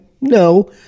No